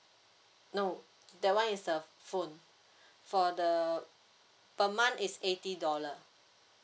no that [one] is the phone for the per month is eighty dollar